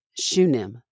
Shunim